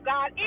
God